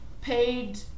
paid